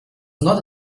not